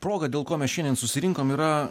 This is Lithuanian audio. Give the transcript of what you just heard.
proga dėl ko mes šiandien susirinkom yra